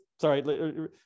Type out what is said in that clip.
sorry